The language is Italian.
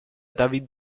david